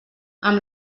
amb